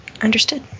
Understood